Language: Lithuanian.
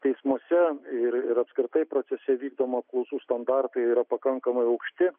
teismuose ir apskritai procese vykdoma kursų standartai yra pakankamai aukšti